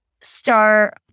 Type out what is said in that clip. start